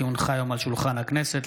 כי הונחה היום על שולחן הכנסת,